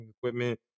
equipment